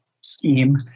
scheme